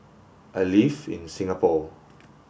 I live in Singapore